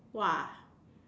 !wah!